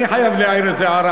אני חייב להעיר איזה הערה,